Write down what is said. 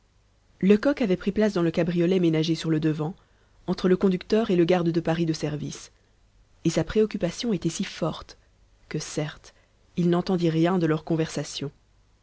lecoq avait pris place dans le cabriolet ménagé sur le devant entre le conducteur et le garde de paris de service et sa préoccupation était si forte que certes il n'entendit rien de leur conversation